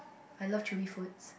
I love chewy foods